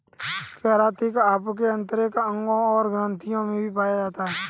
keratin आपके आंतरिक अंगों और ग्रंथियों में भी पाया जा सकता है